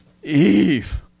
Eve